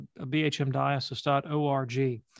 bhmdiocese.org